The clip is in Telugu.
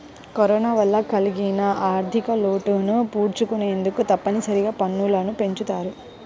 కరోనా వల్ల కలిగిన ఆర్ధికలోటును పూడ్చుకొనేందుకు తప్పనిసరిగా పన్నులు పెంచుతారు